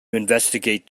investigate